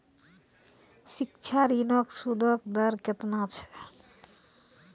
शिक्षा ऋणो के सूदो के दर केतना छै?